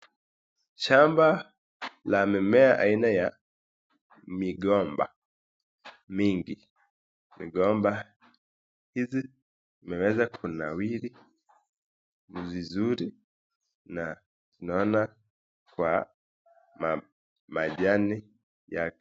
Shamba la mimea aina ya migomba mingi. Migomba hizi zimeweza kunawiri vizuri na tunaona kwa majani yake.